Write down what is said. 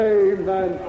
amen